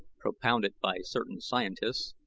propounded by certain scientists,